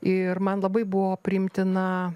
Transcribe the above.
ir man labai buvo priimtina